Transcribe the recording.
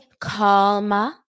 calma